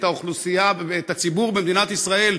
האוכלוסייה ואת הציבור במדינת ישראל,